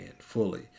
fully